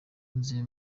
nzi